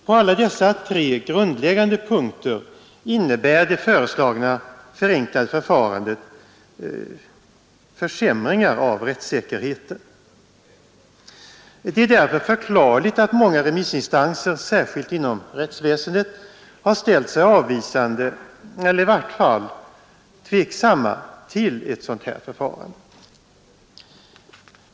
På alla dessa tre grundläggande punkter innebär det föreslagna förenklade förfarandet försämringar av rättssäkerheten. Det är därför förklarligt att många remissinstanser, särskilt inom rättsväsendet, har ställt sig avvisande eller i varje fall tveksamma till ett sådant här förfarande.